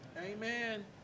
Amen